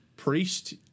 priest